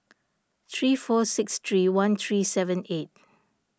three four six three one three seven eight